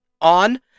on